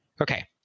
okay